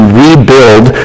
rebuild